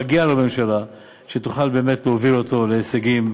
מגיעה לו ממשלה שתוכל באמת להוביל אותו להישגים